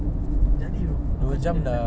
jadi bro bukan